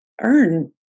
earn